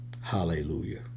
Hallelujah